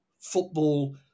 football